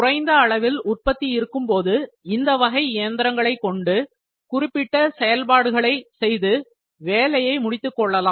குறைந்த அளவில் உற்பத்தி இருக்கும்போது இந்த வகை இயந்திரங்களைக் கொண்டு குறிப்பிட்ட செயல்பாடுகளை செய்து வேலையை முடித்துக் கொள்ளலாம்